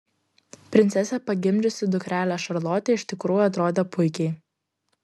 princesė pagimdžiusi dukrelę šarlotę iš tikrųjų atrodė puikiai